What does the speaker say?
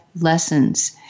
lessons